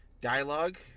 Dialogue